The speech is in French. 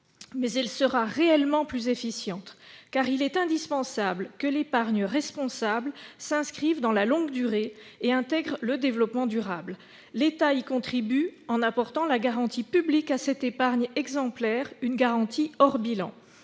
Mais elle sera réellement plus efficiente, car il est indispensable que l'épargne responsable s'inscrive dans la longue durée et intègre le développement durable. L'État y contribue en apportant la garantie publique à cette épargne exemplaire, une garantie hors bilan.